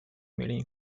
milling